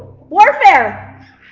warfare